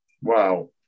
Wow